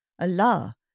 Allah